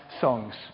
songs